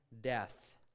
death